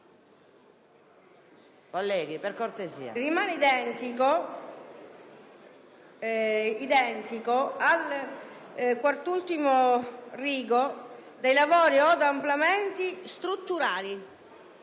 Colleghi, per cortesia,